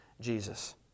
Jesus